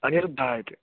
अनिरुद्धः इति